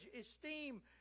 esteem